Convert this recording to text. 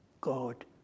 God